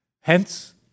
Hence